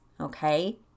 Okay